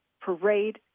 parade